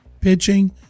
pitching